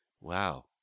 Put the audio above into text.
wow